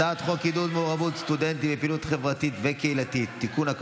הצעת חוק עידוד מעורבות סטודנטים בפעילות חברתית וקהילתית (תיקון,